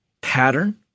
pattern